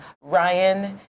Ryan